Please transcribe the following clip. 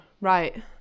Right